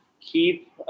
keep